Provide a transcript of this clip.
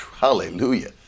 Hallelujah